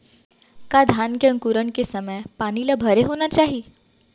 का धान के अंकुरण के समय पानी ल भरे होना चाही?